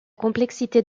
complexité